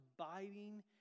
abiding